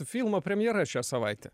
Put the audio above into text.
filmo premjera šią savaitę